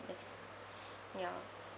ya